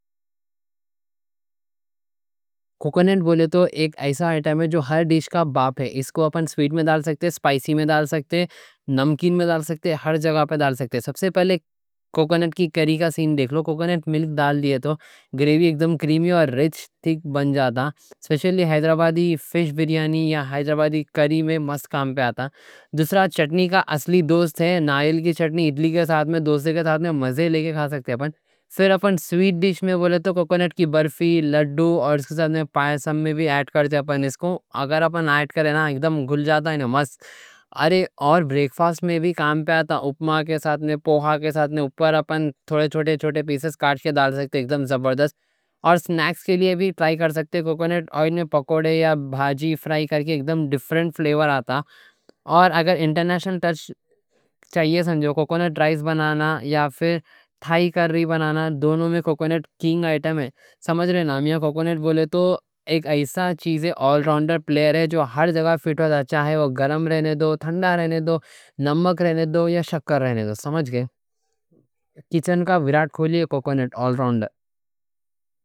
کوکنٹ بولے تو ایک ایسا آئٹم ہے جو ہر ڈش کا باپ ہے۔ اس کو اپن سویٹ میں ڈال سکتے ہیں، سپائسی میں ڈال سکتے ہیں، نمکین میں ڈال سکتے ہیں، ہر جگہ پہ ڈال سکتے ہیں۔ سب سے پہلے کوکنٹ کی کری کا سین دیکھ لو۔ کوکنٹ مِلک ڈال دیے تو گریوی اگدم کریمی اور رِچ تھِک بن جاتا ہے۔ سپیشلی حیدرآبادی فِش بریانی یا حیدرآبادی کری میں مست کام پہ آتا ہے۔ دوسرا چٹنی کا اصلی دوست ہے، ناریل کی چٹنی، اِڈلی کے ساتھ میں، دوسے کے ساتھ میں، مزے لے کے کھا سکتے ہیں۔ پھر اپن سویٹ ڈش میں بولے تو کوکنٹ کی برفی، لڈو، اور اس کے ساتھ میں پایسم میں بھی ایڈ کرتے ہیں۔ اگر اپن ایڈ کرے نا، اگدم گھل جاتا ہے۔ اور بریک فاسٹ میں بھی کام پہ آتا ہے، اُپما کے ساتھ میں، پوہا کے ساتھ میں، اوپر اپن تھوڑے چھوٹے چھوٹے پِیسز کٹ کے ڈال سکتے ہیں، اگدم زبردست۔ اور سنیکس کے لیے بھی ٹرائی کر سکتے ہیں۔ کوکنٹ آئل میں پکوڑے یا بھاجی فرائی کر کے اگدم ڈیفرنٹ فلیور آتا۔ یا اگر انٹرنیشنل ٹچ چاہیے، سمجھو کوکنٹ رائس بنانا یا پھر تھائی کری بنانا، دونوں میں کوکنٹ کِنگ آئٹم ہے، سمجھ رہے نا میاں۔ کوکنٹ بولے تو ایک ایسا چیز ای آل راؤنڈر پلیئر ہے جو ہر جگہ فِٹ وِت اچھا ہے، وہ گرم رہنے دو، ٹھنڈا رہنے دو، نمک رہنے دو یا شکر رہنے دو، سمجھ گئے؟ کچن کا ویرات کوہلی ہے، کوکنٹ آل راؤنڈر۔